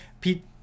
pete